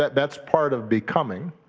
that's part of becoming